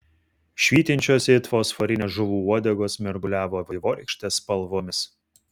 švytinčios it fosforinės žuvų uodegos mirguliavo vaivorykštės spalvomis